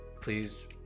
Please